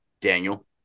Daniel